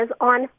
on